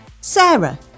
Sarah